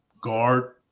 guard